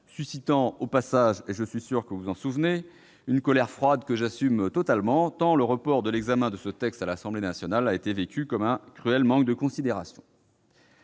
suscitant au passage, vous vous en souvenez certainement, une colère froide que j'assume totalement, tant le report de l'examen de ce texte à l'Assemblée nationale a été vécu comme un cruel manque de considération.